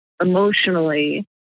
emotionally